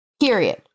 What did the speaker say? Period